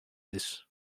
this